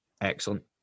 Excellent